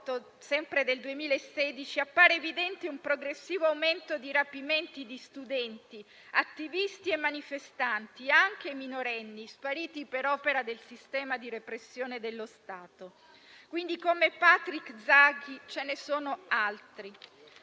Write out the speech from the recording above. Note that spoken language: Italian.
rapporto del 2016 appare evidente un progressivo aumento di rapimenti di studenti, attivisti e manifestanti, anche minorenni, spariti per opera del sistema di repressione dello Stato. Quindi, come Patrick Zaki ce ne sono altri.